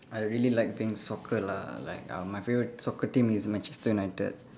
I really like playing soccer lah like uh my favourite soccer team is Manchester United